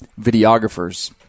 videographers